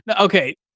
Okay